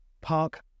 park